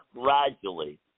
gradually